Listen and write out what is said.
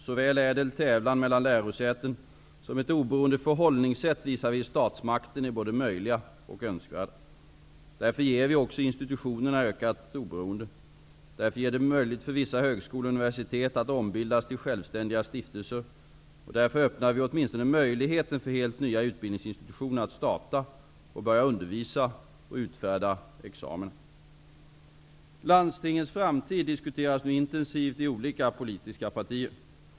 Såväl ädel tävlan mellan lärosäten som ett oberoende förhållningssätt visavi statsmakten är både möjliga och önskvärda. Därför ger vi institutionerna ökat oberoende. Därför gör vi det möjligt för vissa högskolor och universitet att ombildas till självständiga stiftelser, och därför öppnar vi åtminstone möjligheten för helt nya utbildningsinstitutioner att starta och börja undervisa och utfärda examina. Landstingens framtid diskuteras nu intensivt i olika politiska partier.